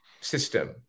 system